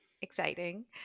exciting